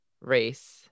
race